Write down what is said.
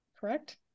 Correct